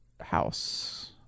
House